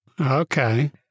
Okay